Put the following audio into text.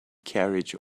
carriage